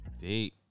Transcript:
Deep